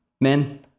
Men